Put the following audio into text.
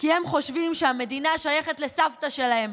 כי הם חושבים שהמדינה שייכת לסבתא שלהם.